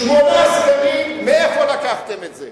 שמונה סגנים מאיפה לקחתם את זה?